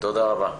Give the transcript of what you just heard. תודה רבה.